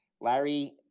Larry